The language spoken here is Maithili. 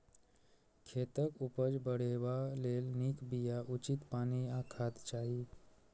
खेतक उपज बढ़ेबा लेल नीक बिया, उचित पानि आ खाद चाही